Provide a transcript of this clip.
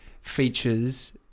features